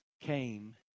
came